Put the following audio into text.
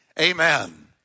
Amen